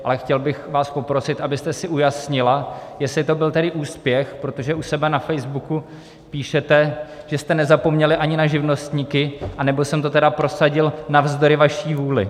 Ale chtěl bych vás poprosit, abyste si ujasnila, jestli to byl tedy úspěch, protože u sebe na facebooku píšete, že jste nezapomněli ani na živnostníky, anebo jsem to tedy prosadil navzdory vaší vůli.